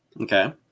Okay